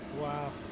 Wow